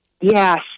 yes